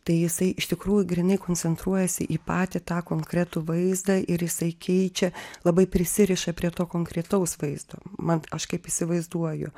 tai jisai iš tikrųjų grynai koncentruojasi į patį tą konkretų vaizdą ir jisai keičia labai prisiriša prie to konkretaus vaizdo man aš kaip įsivaizduoju